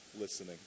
listening